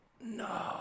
No